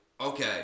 okay